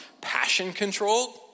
passion-controlled